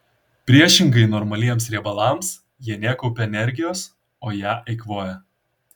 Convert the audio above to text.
priešingai normaliems riebalams jie nekaupia energijos o ją eikvoja